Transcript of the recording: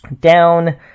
down